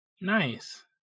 Nice